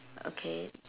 okay